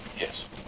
yes